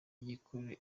igikora